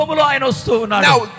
Now